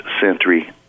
century